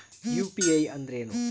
UPI ಅಂದ್ರೆ ಏನು?